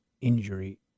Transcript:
injury